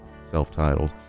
self-titled